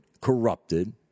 corrupted